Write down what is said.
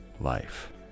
Life